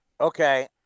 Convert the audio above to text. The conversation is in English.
Okay